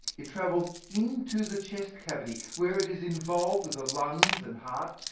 it travels into the chest cavity where it is involved with the lungs and heart,